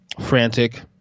frantic